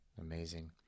amazing